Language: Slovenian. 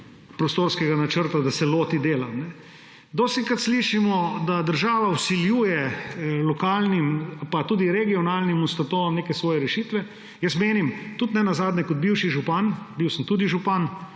prostorskega načrta, da se loti dela. Dostikrat slišimo, da država vsiljuje lokalnim pa tudi regionalnim ustanovam neke svoje rešitve. Jaz menim – ne nazadnje tudi kot bivši župan, bil sem župan